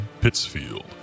Pittsfield